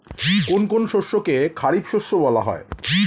কোন কোন শস্যকে খারিফ শস্য বলা হয়?